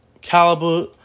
caliber